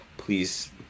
please